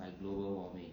by global warming